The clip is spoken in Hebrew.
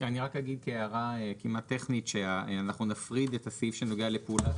אני רק אגיד כהערה כמעט טכנית שאנחנו נפריד את הסעיף שנוגע לפעולת